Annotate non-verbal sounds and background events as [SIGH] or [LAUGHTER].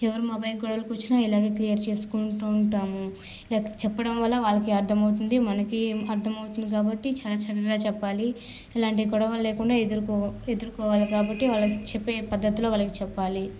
ఎవరు మాపై గొడవలకు వచ్చినా ఇలాగే క్లియర్ చేసుకుంటూ ఉంటాము లేకపోతే చెప్పడం వల్ల వాళ్లుకి అర్దమవుతుంది మనకి అర్దమవుతుంది కాబట్టి చాలా [UNINTELLIGIBLE] చెప్పాలి ఇలాంటి గొడవలు లేకుండా ఎదురుకో ఎదురుకోవాలి కాబట్టి వాళ్ళకి చెప్పే పద్ధతిలో వాళ్ళకి చెప్పాలి